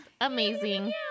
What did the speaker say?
Amazing